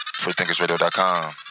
freethinkersradio.com